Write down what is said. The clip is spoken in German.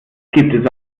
gibt